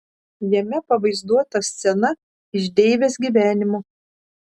jame pavaizduota scena iš deivės gyvenimo